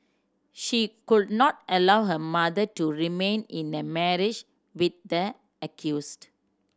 she could not allow her mother to remain in a marriage with the accused